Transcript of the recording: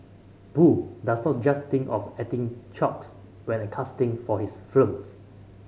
boo does not just think of acting chops when a casting for his films